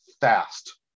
fast